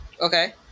okay